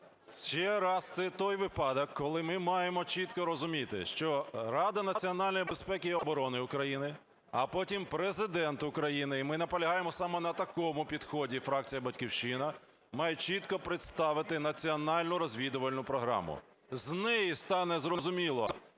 ще раз, це той випадок, коли ми маємо чітко розуміти, що Рада національної безпеки і оборони України, а потім Президент України - і ми наполягаємо саме на такому підході, фракція "Батьківщина", - має чітко представити національну розвідувальну програму. З неї стане зрозуміло,